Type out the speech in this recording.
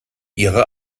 ihre